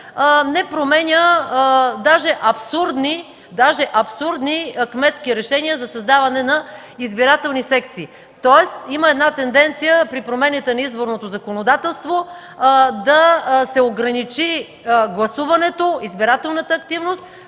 не променя даже абсурдни кметски решения за създаване на избирателни секции. Тоест има тенденция при промените на изборното законодателство да се ограничи гласуването, избирателната активност,